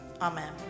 Amen